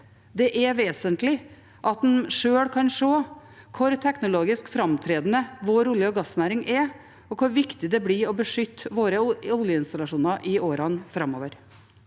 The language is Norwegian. Det er vesentlig at en sjøl kan se hvor teknologisk framtredende vår oljeog gassnæring er, og hvor viktig det blir å beskytte våre oljeinstallasjoner i årene framover.